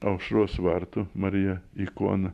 aušros vartų marija ikona